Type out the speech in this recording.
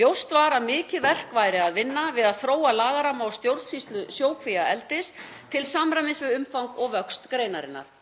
Ljóst var að mikið verk væri að vinna við að þróa lagaramma og stjórnsýslu sjókvíaeldis til samræmis við umfang og vöxt greinarinnar.